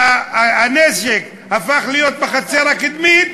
אמסלם, כשהנשק הפך להיות בחצר הקדמית,